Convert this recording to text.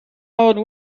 old